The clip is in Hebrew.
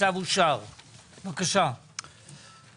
הצבעה בעד,